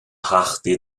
theachtaí